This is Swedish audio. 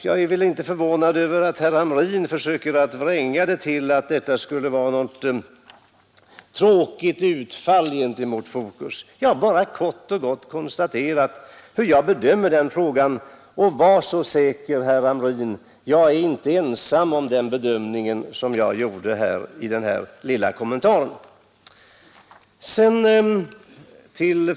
Jag är litet förvånad över att herr Hamrin söker vränga till det hela med att säga att det är fråga om ett tråkigt utfall gentemot Fokus. Jag har bara konstaterat hur jag bedömer frågan. Var säker på att jag inte är ensam om den bedömning jag gjorde i min lilla kommentar, herr Hamrin.